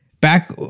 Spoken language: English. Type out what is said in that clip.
back